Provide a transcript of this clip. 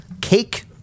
Cake